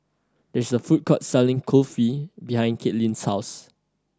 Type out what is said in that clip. there is a food court selling Kulfi behind Caitlynn's house